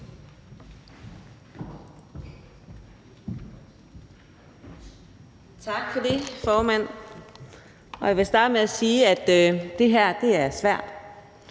Tak for det, formand. Jeg vil starte med at sige, at det her er svært,